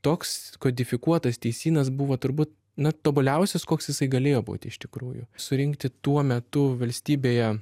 toks kodifikuotas teisynas buvo turbūt na tobuliausias koks jisai galėjo būti iš tikrųjų surinkti tuo metu valstybėje